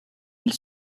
ils